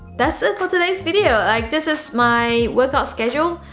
that's it for today's video. like, this is my workout schedule.